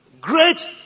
Great